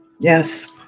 Yes